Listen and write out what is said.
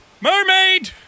Mermaid